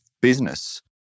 business